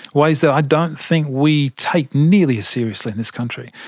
ways that i don't think we take nearly as seriously in this country.